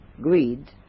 greed